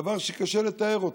דבר שקשה לתאר אותו.